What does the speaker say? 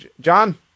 John